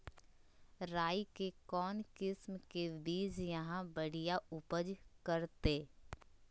राई के कौन किसिम के बिज यहा बड़िया उपज करते?